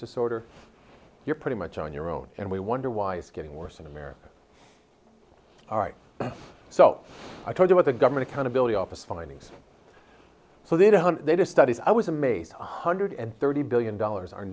disorder you're pretty much on your own and we wonder why it's getting worse in america all right so i told you what the government accountability office findings so they don't they do studies i was a mate one hundred and thirty billion dollars o